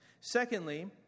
Secondly